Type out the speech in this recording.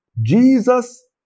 Jesus